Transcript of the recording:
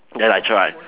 then I tried